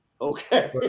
Okay